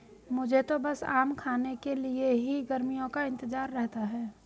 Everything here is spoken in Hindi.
मुझे तो बस आम खाने के लिए ही गर्मियों का इंतजार रहता है